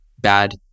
bad